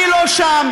אני לא שם,